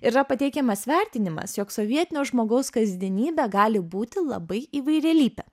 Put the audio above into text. ir yra pateikiamas vertinimas jog sovietinio žmogaus kasdienybė gali būti labai įvairialypė